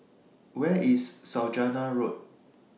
Where IS Saujana Road